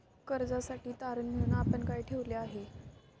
कर्जासाठी तारण म्हणून आपण काय ठेवले आहे?